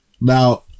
now